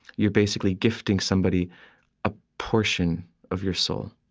you're basically gifting somebody a portion of your soul,